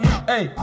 Hey